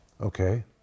Okay